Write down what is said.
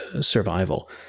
survival